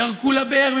ירקו לבאר,